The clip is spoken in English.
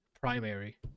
primary